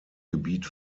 gebiet